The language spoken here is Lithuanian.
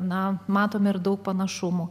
na matome ir daug panašumų